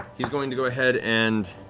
he's going to go ahead and